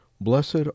Blessed